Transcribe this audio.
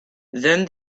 then